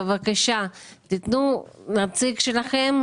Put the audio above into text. בבקשה תיתנו נציג שלכם.